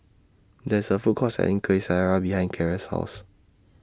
There IS A Food Court Selling Kueh Syara behind Kiera's House